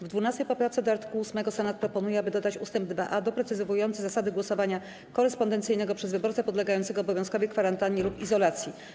W 12. poprawce do art. 8 Senat proponuje, aby dodać ust. 2a doprecyzowujący zasady głosowania korespondencyjnego przez wyborcę podlegającego obowiązkowej kwarantannie lub izolacji.